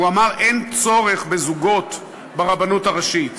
הוא אמר: אין צורך בזוגות ברבנות הראשי.